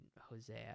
Hosea